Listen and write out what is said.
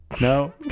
No